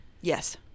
Yes